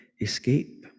escape